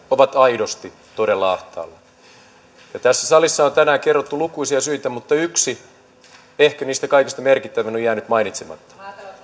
ovat aidosti todella ahtaalla tässä salissa on tänään kerrottu lukuisia syitä mutta yksi ehkä niistä kaikista merkittävin on jäänyt mainitsematta